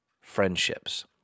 friendships